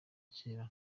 kera